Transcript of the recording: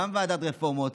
גם ועדת הרפורמות,